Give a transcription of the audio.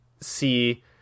see